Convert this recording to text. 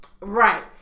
Right